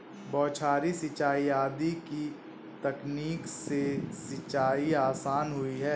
बौछारी सिंचाई आदि की तकनीक से सिंचाई आसान हुई है